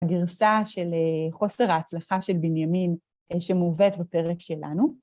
הגרסה של חוסר ההצלחה של בנימין שמובאת בפרק שלנו.